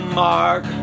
mark